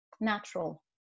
natural